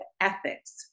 ethics